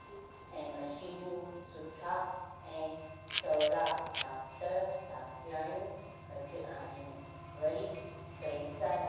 ऐं मशीनूं सुठा ऐं सवला डाक्टर डाक्टरयाणियूं घटि आहिनि वरी पैसा